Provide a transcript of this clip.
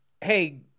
hey